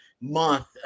month